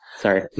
Sorry